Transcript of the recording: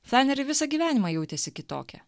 flaneri visą gyvenimą jautėsi kitokia